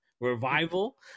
revival